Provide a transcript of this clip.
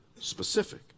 specific